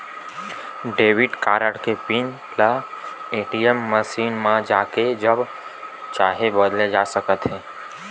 debit card के PIN ल ATM machine म जाके जब चाहे बदले जा सकत हे